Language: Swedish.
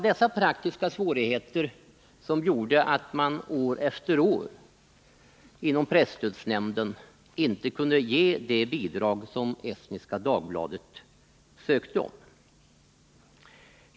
Dessa praktiska svårigheter gjorde att presstödsnämnden år efter år inte kunde ge Estniska Dagbladet de bidrag tidningen ansökte om.